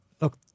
look